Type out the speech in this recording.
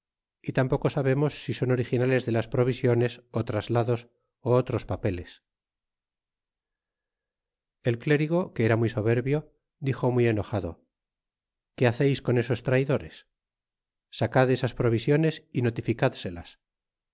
y tampoco sabemos si son originales de las provisiones ó traslados ó otros papeles y el clérigo que era muy soberbio dixo muy enojado qué haceis con esos traydores sacad esas provisiones y notificadselas y